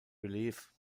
relief